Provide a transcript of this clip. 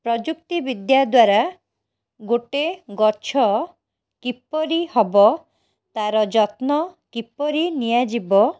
ପ୍ରଯୁକ୍ତି ବିଦ୍ୟା ଦ୍ଵାରା ଗୋଟେ ଗଛ କିପରି ହବ ତାର ଯତ୍ନ କିପରି ନିଆଯିବ